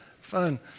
Fun